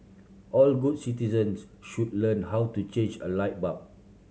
all good citizens should learn how to change a light bulb